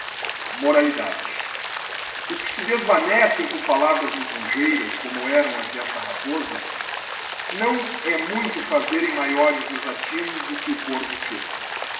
os que se desvanecem com palavras lisongeiras como erão as desta raposa não he muito fazerem maiores desatinos do que o corvo fez